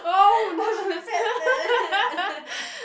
oh she fat meh